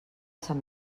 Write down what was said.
sant